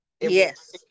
Yes